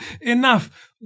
enough